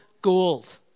Gold